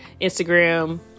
instagram